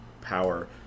power